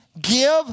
give